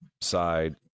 side